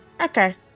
Okay